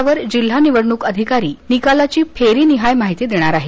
जिल्हास्तरावर जिल्हा निवडणूक अधिकारी निकालाची फेरीनिहाय माहिती देणार आहेत